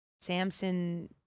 Samson